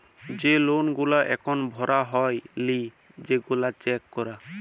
যে লল গুলা এখল ভরা হ্যয় লি সেগলা চ্যাক করা